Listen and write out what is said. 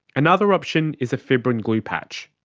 another option is a fibrin glue patch.